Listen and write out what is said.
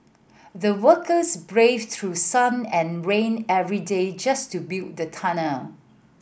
the workers braved through sun and rain every day just to build the tunnel